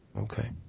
Okay